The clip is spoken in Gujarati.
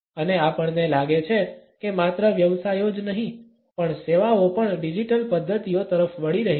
અને આપણને લાગે છે કે માત્ર વ્યવસાયો જ નહીં પણ સેવાઓ પણ ડિજિટલ પદ્ધતિઓ તરફ વળી રહી છે